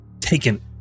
taken